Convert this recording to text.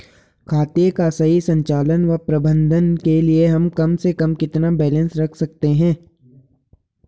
खाते का सही संचालन व प्रबंधन के लिए हम कम से कम कितना बैलेंस रख सकते हैं?